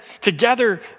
together